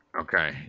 Okay